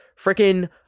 freaking